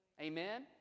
Amen